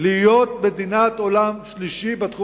להיות מדינת עולם שלישי בתחום